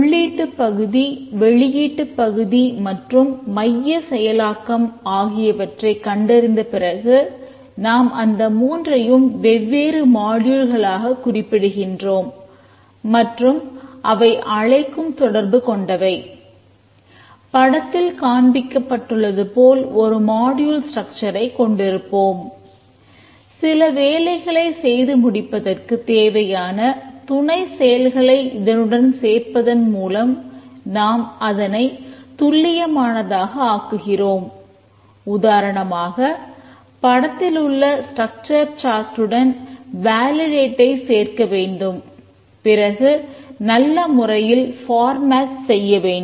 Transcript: உள்ளீட்டுப் பகுதி வெளியீட்டுப் பகுதி மற்றும் மைய செயலாக்கம் ஆகியவற்றை கண்டறிந்த பிறகு நாம் அந்த மூன்றையும் வெவ்வேறு மாடியூல்களாகக் செய்ய வேண்டும்